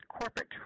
corporate